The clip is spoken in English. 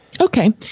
Okay